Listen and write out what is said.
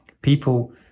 people